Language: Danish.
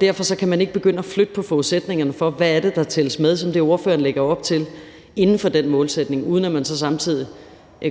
Derfor kan man ikke begynde at flytte på forudsætningerne for, hvad der tælles med, som er det, ordføreren lægger op til, inden for den målsætning, uden at man så samtidig